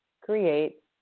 create